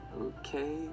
Okay